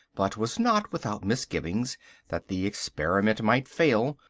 but was not without misgivings that the experiment might fail,